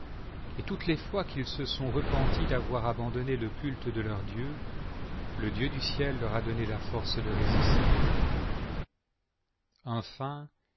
et toutes les fois qu'ils se sont repentis d'avoir abandonné le culte de leur dieu le dieu du ciel leur a donné la force de résister